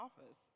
office